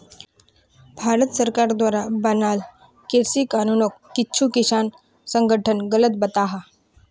भारत सरकार द्वारा बनाल कृषि कानूनोक कुछु किसान संघठन गलत बताहा